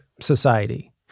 society